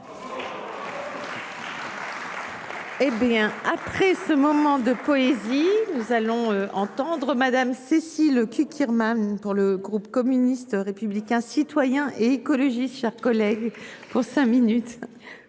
Hé bien après ce moment de poésie. Nous allons entendre Madame Cécile Cukierman. Pour le groupe communiste, républicain, citoyen et écologiste chers collègues pour cinq minutes.